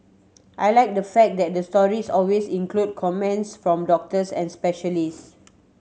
I like the fact that the stories always include comments from doctors and specialists